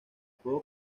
puedo